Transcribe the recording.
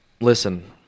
Listen